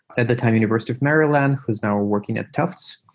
at the time, university of maryland who's now working at tufts,